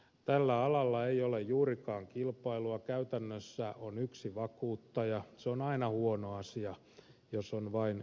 tällä alalla ei ole juurikaan kilpailua käytännössä on yksi vakuuttaja ja se on aina huono asia jos on vain yksi